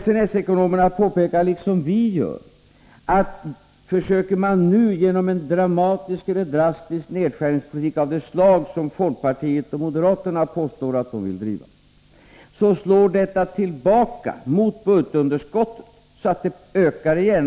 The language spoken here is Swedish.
SNS-ekonomerna påpekar emellertid, liksom vi gör, att om man nu försöker driva en drastisk nedskärningspolitik av det slag som folkpartiet och moderaterna påstår att de vill driva, slår detta tillbaka mot budgetunderskottet, så att det ökar igen.